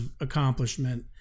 accomplishment